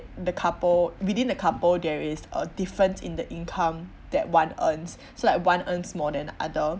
the couple within the couple there is a difference in the income that one earns so like one earns more than the other